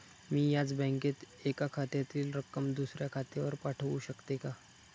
मी याच बँकेत एका खात्यातील रक्कम दुसऱ्या खात्यावर पाठवू शकते का?